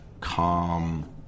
calm